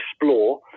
Explore